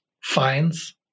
fines